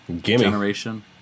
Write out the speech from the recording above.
generation